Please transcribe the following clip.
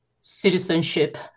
citizenship